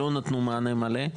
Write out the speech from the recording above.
לא נתנו מענה מלא.